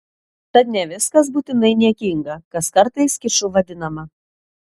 tad ne viskas būtinai niekinga kas kartais kiču vadinama